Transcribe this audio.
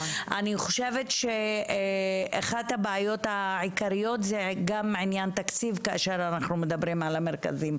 אני חושבת שאחת הבעיות העיקריות כשאנחנו מדברים על המרכזים האלה,